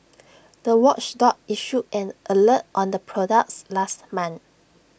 the watchdog issued an alert on the products last month